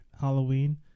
Halloween